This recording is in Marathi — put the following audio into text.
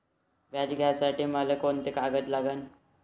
व्याज घ्यासाठी मले कोंते कागद लागन?